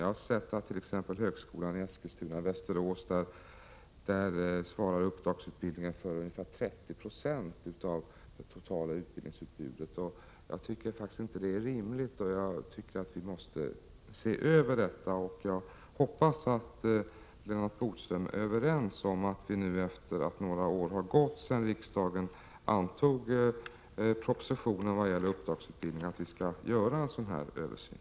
Beträffande högskolan i Eskilstuna/Västerås svarar uppdragsutbildningen för ungefär 30 96 av det totala utbildningsutbudet. Det är faktiskt inte rimligt. Vi måste se över detta. Jag hoppas att Lennart Bodström, när nu några år har gått sedan riksdagen antog propositionen om uppdragsutbildning, håller med om att vi skall göra en översyn.